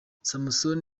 samson